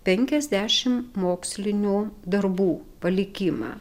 penkiasdešimt mokslinių darbų palikimą